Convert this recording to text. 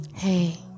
Hey